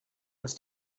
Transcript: uns